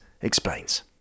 explains